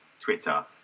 Twitter